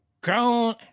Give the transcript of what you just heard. grown